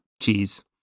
cheese